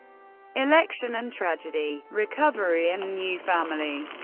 election and tragedy recovery and new family